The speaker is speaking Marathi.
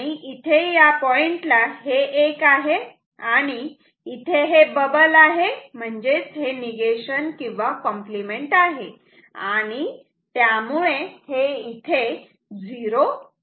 इथे या पॉइंटला हे 1 आहे आणि इथे हे बबल आहे म्हणजेच हे नीगेशन किंवा कॉम्प्लिमेंट आहे आणि त्यामुळे हे इथे 0 होते